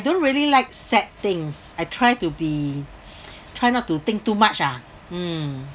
don't really like sad things I try to be try not to think too much ah mm